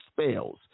spells